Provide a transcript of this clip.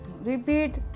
Repeat